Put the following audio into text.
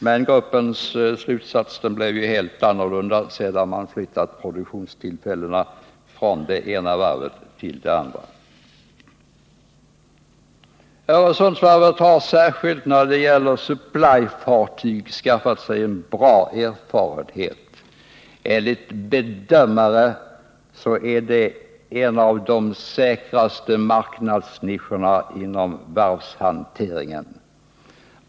Men gruppens slutsats blev helt annorlunda, sedan man flyttat produktionstillfällen från det ena varvet till det andra. Öresundsvarvet har särskilt när det gäller supply-fartyg skaffat sig en bra erfarenhet. Enligt bedömare är det en av de säkraste marknadsnischerna inom varvshanteringen.